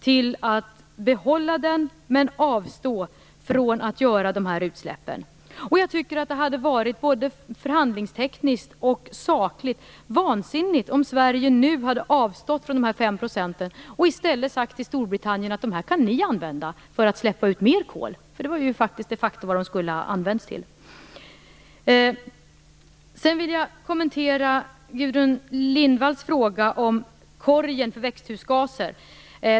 Vi skall behålla den, men avstå från att göra dessa utsläpp. Jag tycker att det både förhandlingstekniskt och sakligt hade varit vansinnigt om Sverige nu hade avstått från de fem procenten och i stället sagt till Storbritannien att använda dem för att släppa ut mer kol. Det är faktiskt det de skulle ha använts till. Sedan vill jag kommentera Gudrun Lindvalls fråga om korgen för växthusgaser.